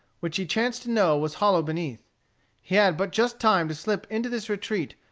which he chanced to know was hollow beneath. he had but just time to slip into this retreat,